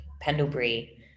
Pendlebury